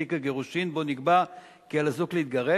תיק הגירושין שבו נקבע כי על הזוג להתגרש.